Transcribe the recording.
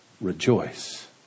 rejoice